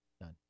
None